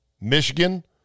Michigan